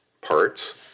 parts